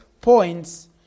points